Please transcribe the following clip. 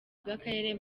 bw’akarere